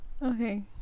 Okay